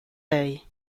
lei